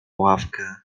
ławkę